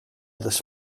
this